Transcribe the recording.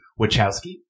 Wachowski